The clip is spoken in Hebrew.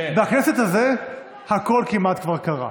בכנסת הזאת הכול כמעט כבר קרה.